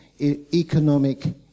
economic